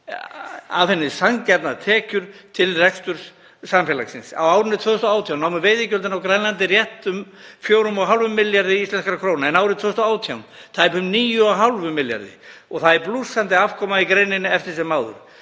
af henni sanngjarnar tekjur til reksturs samfélagsins. Á árinu 2017 námu veiðigjöldin á Grænlandi rétt um 4,5 milljörðum íslenskra króna en árið 2018 tæpum 9,5 milljörðum og það er blússandi afkoma í greininni eftir sem áður.